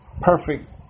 perfect